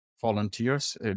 volunteers